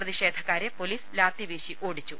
പ്രതിഷേധക്കാരെ police lathi വീശി ഓടിച്ചു